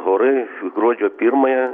orai gruodžio pirmąją